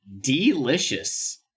delicious